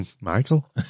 Michael